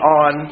on